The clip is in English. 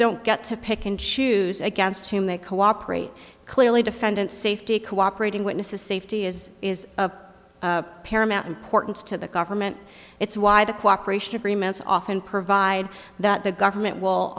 don't get to pick and choose against whom they cooperate clearly defendant safety cooperating witnesses safety is is a paramount importance to the government it's why the cooperation agreements often provide that the government will